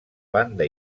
banda